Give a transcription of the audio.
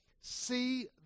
see